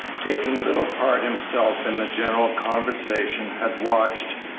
taking little part himself in the general conversation, had watched,